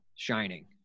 Shining